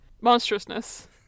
Monstrousness